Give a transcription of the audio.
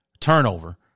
turnover